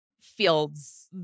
fields